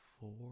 four